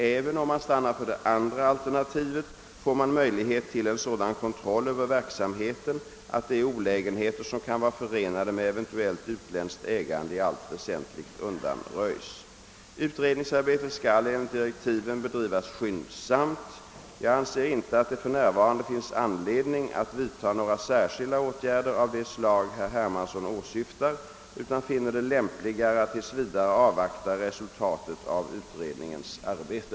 Även om man stannar för det andra alternativet får man möjlighet till en sådan kontroll över verksamheten att de olägenheter som kan vara förenade med eventuellt utländskt ägande i allt väsentligt undanröjs. Utredningsarbetet skall enligt direktiven bedrivas skyndsamt. Jag anser inte att det f. n. finns anledning att vidta några särskilda åtgärder av det slag herr Hermansson åsyftar utan finner det lämpligare att tills vidare avvakta resultatet av utredningens arbete.